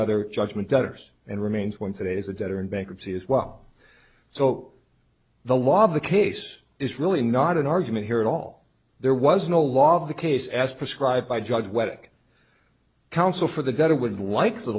other judgment debtors and remains one today is a debtor in bankruptcy as well so the law of the case is really not an argument here at all there was no law of the case as prescribed by judge whether counsel for the debtor would wipe the